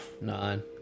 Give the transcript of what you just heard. Nine